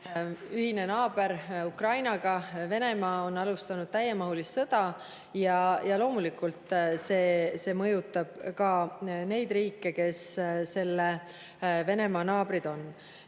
ühine naaber Ukrainaga, on alustanud täiemahulist sõda ja loomulikult see mõjutab ka neid riike, kes on Venemaa naabrid. Nüüd